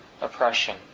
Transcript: oppression